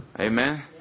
Amen